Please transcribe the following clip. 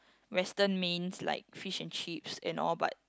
western mains like fish and chips and all but